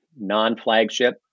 non-flagship